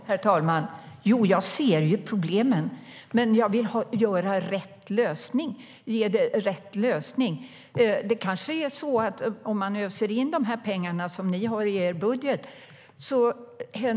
Herr talman! Jag ser problemen, men jag vill hitta rätt lösning på dem. Det kanske inte händer någonting alls om man öser in de pengar som regeringen har i sin budget.